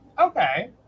Okay